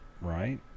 right